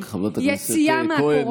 חברת הכנסת כהן,